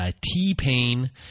T-Pain